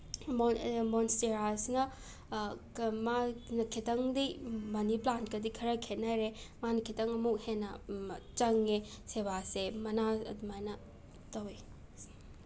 ꯃꯣꯟꯁꯇꯦꯔꯥꯁꯤꯅ ꯃꯥꯅ ꯈꯤꯇꯪꯗꯤ ꯃꯅꯤ ꯄ꯭ꯂꯥꯟꯀꯗꯤ ꯈꯔ ꯈꯦꯠꯅꯔꯦ ꯃꯥꯅ ꯈꯤꯇꯪ ꯑꯃꯨꯛ ꯍꯦꯟꯅ ꯆꯪꯉꯦ ꯁꯦꯕꯥꯁꯦ ꯃꯅꯥ ꯑꯗꯨꯃꯥꯏꯅ ꯇꯧꯋꯤ